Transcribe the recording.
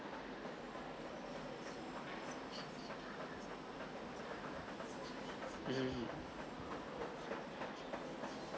um